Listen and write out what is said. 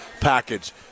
package